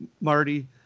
marty